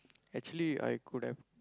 actually I could have